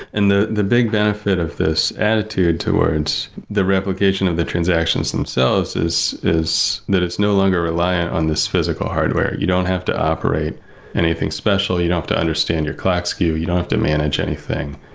and the the big benefit of this attitude towards the replication of the transactions themselves is is that it's no longer relying on this physical hardware. you don't have to operate anything special. you don't have to understand your clock skew. you don't have to manage anything.